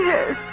Yes